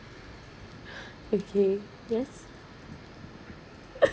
okay yes